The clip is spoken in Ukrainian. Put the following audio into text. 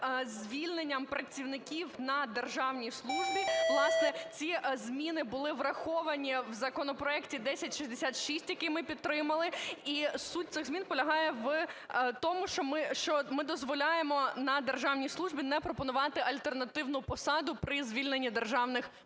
звільненням працівників на державній службі. Власне, ці зміни були враховані в законопроекті 1066, який ми підтримали. І суть цих змін полягає в тому, що ми дозволяємо на державній службі не пропонувати альтернативну посаду при звільненні державних службовців.